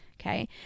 Okay